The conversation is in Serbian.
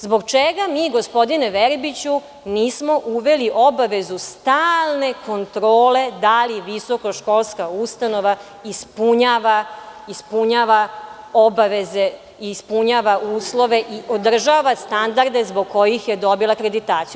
Zbog čega mi, gospodine Verbiću, nismo uveli obavezu stalne kontrole da li visoko školska ustanova ispunjava obaveze, ispunjava uslove i održava standarde zbog kojih je dobila akreditaciju?